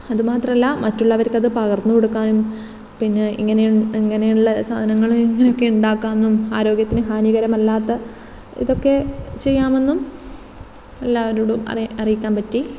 അതുമാത്രമല്ല മറ്റുള്ളവർക്ക് അത് പകർന്ന് കൊടുക്കാനും പിന്നെ ഇങ്ങനെ ഇങ്ങനെയുള്ള സാധനങ്ങൾ ഇങ്ങനെ ഒക്കെ ഉണ്ടാക്കാമെന്നും ആരോഗ്യത്തിന് ഹാനികരമല്ലാത്ത ഇതൊക്കെ ചെയ്യാമെന്നും എല്ലാവരോടും അറി അറിയിക്കാൻ പറ്റി